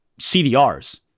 CDRs